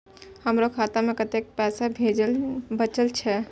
हमरो खाता में कतेक पैसा बचल छे?